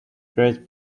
great